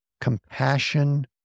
compassion